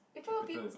people peo~